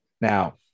now